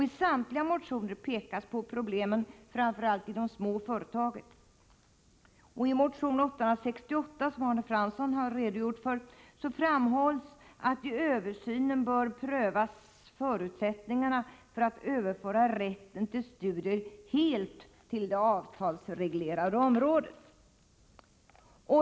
I samtliga motioner pekas på problemen framför allt i de små företagen. I motion 868, som Arne Fransson har redogjort för, framhålls att i översynen bör prövas förutsättningarna för att 59 överföra rätten till studier helt till det avtalsreglerade området.